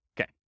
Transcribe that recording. Okay